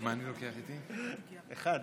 כי הליברטריאנים,